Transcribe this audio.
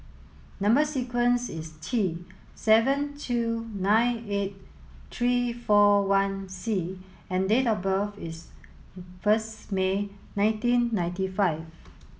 number sequence is T seven two nine eight three four one C and date of birth is first May nineteen ninety five